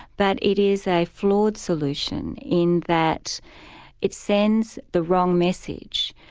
but it is a flawed solution, in that it sends the wrong message.